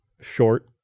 short